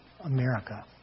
America